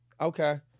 okay